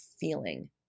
feeling